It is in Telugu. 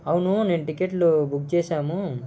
అవును నేను టికెట్లు బుక్ చేసాము